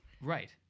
Right